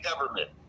government